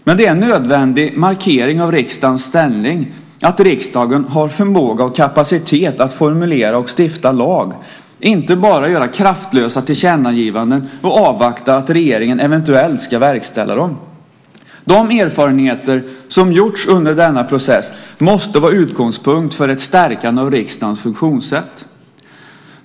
Men det är en nödvändig markering av riksdagens ställning att riksdagen har förmåga och kapacitet att formulera och stifta lag, inte bara göra kraftlösa tillkännagivanden och avvakta att regeringen eventuellt ska verkställa dem. De erfarenheter som har gjorts under denna process måste vara utgångspunkt för ett stärkande av riksdagens funktionssätt.